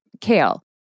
kale